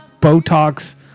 Botox